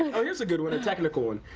here's a good one, and second cool one.